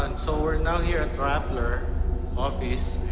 and so we're now here at rappler office.